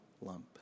lump